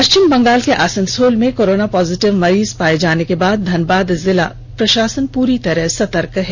पश्चिम बंगाल के आसनसोल मे corona positive मरीज पाए जाने के बाद धनबाद जिला प्रशासन पूरी तरह सतर्क हो गया है